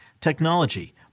technology